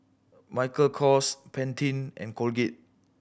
Michael Kors Pantene and Colgate